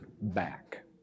back